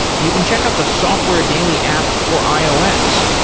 you can check out the software daily app for ios.